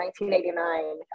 1989